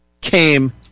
came